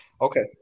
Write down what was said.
Okay